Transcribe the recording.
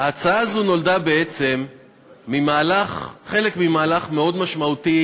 ההצעה הזאת נולדה כחלק ממהלך מאוד משמעותי